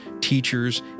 teachers